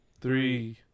three